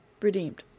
redeemed